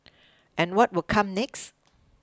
and what will come next